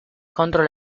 contro